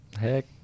Heck